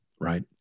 right